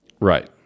Right